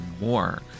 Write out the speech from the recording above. more